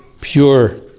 pure